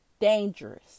dangerous